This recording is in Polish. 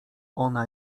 ona